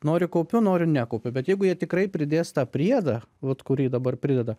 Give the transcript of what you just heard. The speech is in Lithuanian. noriu kaupiu noriu nekaupiu bet jeigu jie tikrai pridės tą priedą vat kurį dabar prideda